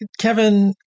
Kevin –